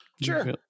Sure